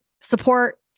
support